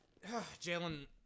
Jalen